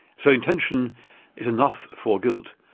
so intention is enough for guilt,